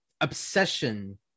obsession